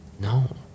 No